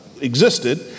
existed